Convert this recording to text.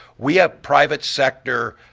we have private sector